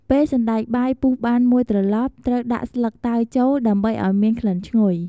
ពេលសណ្ដែកបាយពុះបានមួយត្រឡប់ ត្រូវដាក់ស្លឹកតើយចូល ដើម្បីឱ្យមានក្លិនឈ្ងុយ។